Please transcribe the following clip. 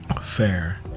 fair